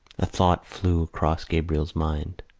a thought flew across gabriel's mind.